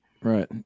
Right